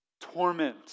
torment